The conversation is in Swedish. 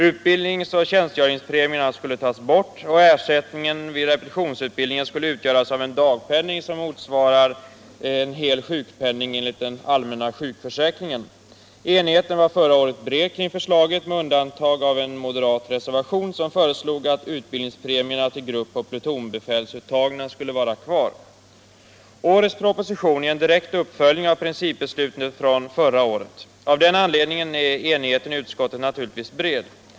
Utbildnings och tjänstgöringspremierna skulle tas bort och ersättningen vid repetitionsutbildningen utgöras av en dagpenning som motsvarade hel sjukpenning enligt den allmänna sjukförsäkringen. Enigheten var förra året bred kring förslaget med undantag av en moderat reservation, i vilken föreslogs att utbildningspremierna till grupp och plutonbefälsuttagna skulle vara kvar. Årets proposition är en direkt uppföljning av principbeslutet från förra året. Av den anledningen är enigheten i utskottet naturligtvis bred.